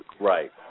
Right